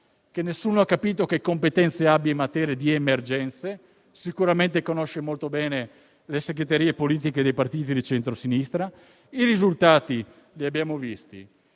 che nessuno ha capito che competenze abbia in materia di emergenze; sicuramente conosce molto bene le segreterie politiche dei partiti di centrosinistra. I risultati li abbiamo visti.